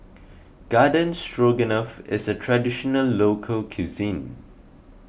Garden Stroganoff is a Traditional Local Cuisine